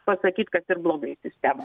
pasakyt kas ir blogai sistemoj